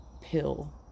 pill